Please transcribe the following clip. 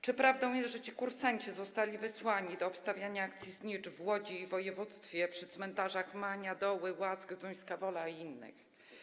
Czy prawdą jest, że ci kursanci zostali wysłani do obstawiania akcji „Znicz” w Łodzi i województwie przy cmentarzach Mania, Doły, Łask, Zduńska Wola i innych?